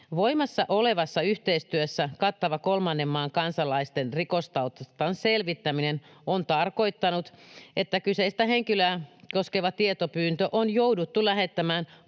Voimassa olevassa yhteistyössä kattava kolmannen maan kansalaisten rikostaustan selvittäminen on tarkoittanut, että kyseistä henkilöä koskeva tietopyyntö on jouduttu lähettämään